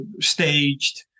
staged